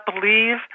believe